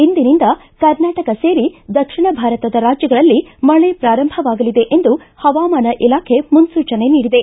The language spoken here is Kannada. ಇಂದಿನಿಂದ ಕರ್ನಾಟಕ ಸೇರಿ ದಕ್ಷಿಣ ಭಾರತದ ರಾಜ್ಯಗಳಲ್ಲಿ ಮಳೆ ಪ್ರಾರಂಭವಾಗಲಿದೆ ಎಂದು ಹವಾಮಾನ ಇಲಾಖೆ ಮುನ್ಲೂಚನೆ ನೀಡಿದೆ